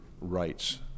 rights